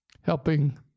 helping